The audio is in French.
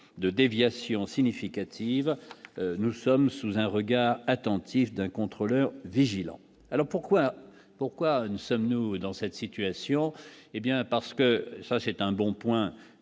de déviation significative, nous sommes sous un regard attentif d'un contrôleur vigilant alors pourquoi, pourquoi ne sommes-nous dans cette situation, hé bien parce que ça c'est un bon point,